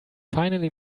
finally